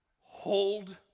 hold